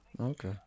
Okay